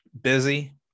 busy